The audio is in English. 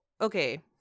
okay